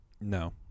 No